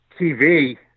TV